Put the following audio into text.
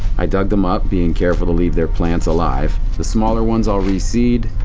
i dug them up being careful to leave their plants alive. the smaller ones i'll re-seed.